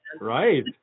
Right